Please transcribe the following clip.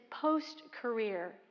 post-career